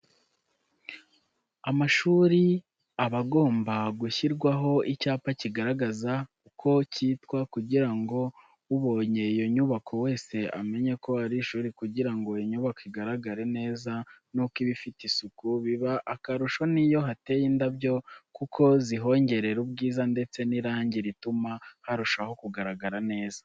Amashuri abagomba gushyirwaho icyapa kigaragaza uko cyitwa kugira ngo ubonye iyo nyubako wese amenye ko ari ishuri kugira ngo inyubako igaragare neza nuko iba ifite isuku biba akarusho n'iyo hateye indabyo kuko zihongerera ubwiza ndetse n'irangi rituma harushaho kugaragara neza.